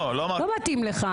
לא מתאים לך.